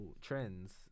trends